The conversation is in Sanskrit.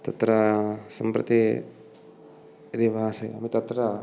तत्र सम्प्रति यदि वसामि तत्र